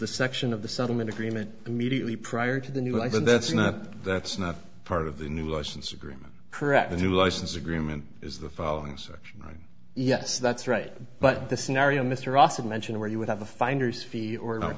the section of the settlement agreement immediately prior to the new i phone that's not that's not part of the new license agreement correct the new license agreement is the following section right yes that's right but the scenario mr austin mentioned where you would have a finders fee or not